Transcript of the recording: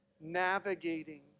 navigating